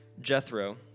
Jethro